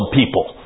people